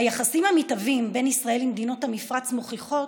היחסים המתהווים בין ישראל למדינות המפרץ מוכיחים